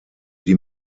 die